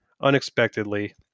unexpectedly